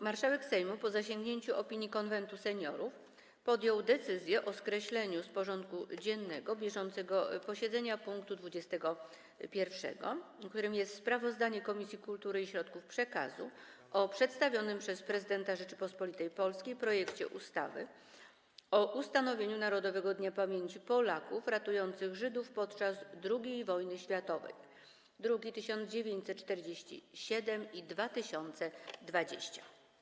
Marszałek Sejmu, po zasięgnięciu opinii Konwentu Seniorów, podjął decyzję o skreśleniu z porządku dziennego bieżącego posiedzenia punktu: Sprawozdanie Komisji Kultury i Środków Przekazu o przedstawionym przez Prezydenta Rzeczypospolitej Polskiej projekcie ustawy o ustanowieniu Narodowego Dnia Pamięci Polaków ratujących Żydów podczas II wojny światowej, druki nr 1947 i 2020.